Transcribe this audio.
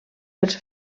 pels